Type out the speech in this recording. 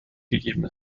gegeben